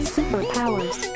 Superpowers